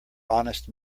honest